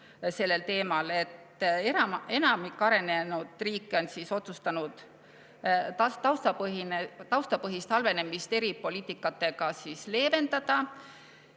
sellel teemal, et enamik arenenud riike on otsustanud taustapõhist halvemust eri poliitikatega leevendada.